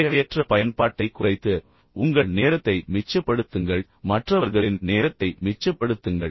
தேவையற்ற பயன்பாட்டைக் குறைத்து உங்கள் நேரத்தை மிச்சப்படுத்துங்கள் மற்றவர்களின் நேரத்தை மிச்சப்படுத்துங்கள்